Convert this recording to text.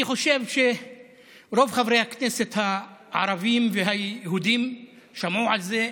אני חושב שרוב חברי הכנסת הערבים והיהודים שמעו על זה.